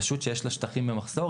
רשות שיש לה שטחים במחסור,